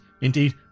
indeed